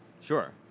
Sure